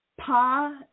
Pa